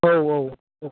औ औ औ